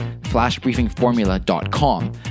flashbriefingformula.com